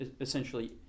essentially